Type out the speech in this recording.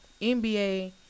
NBA